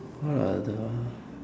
what other